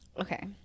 Okay